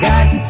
Got